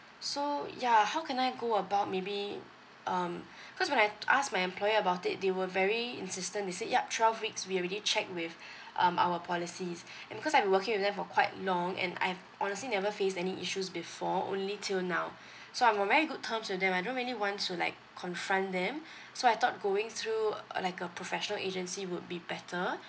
so ya how can I go about maybe um cause when I ask my employer about it they were very insistent they said yup twelve weeks we already check with um our policies and because I've been working with them for quite long and I've honestly never faced any issues before only till now so I'm on very good terms with them I don't really want to like confront them so I thought going through uh like a professional agency would be better